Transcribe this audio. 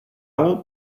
will